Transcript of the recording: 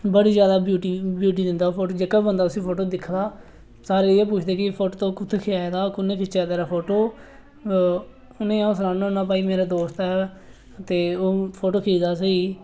बड़ी जैदा ब्यूटी दिंदा ओह् फोटू जेह्ड़ा बंदा उसी फोटू गी दिखदा सारे इ'यै पुछदे कि एह् फोटू तुसें कुत्थै खिचाए दा कुन्नै खिच्चे दा तेरा फोटू उ'नें गी में सनान्ना होन्ना भाई मेरा दोस्त ऐ ते ओह् फोटू खिचदा स्हेई